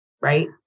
right